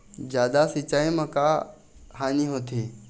जादा सिचाई म का हानी होथे?